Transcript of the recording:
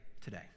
today